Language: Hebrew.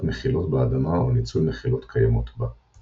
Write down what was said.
מחילות באדמה או ניצול מחילות קיימות בה.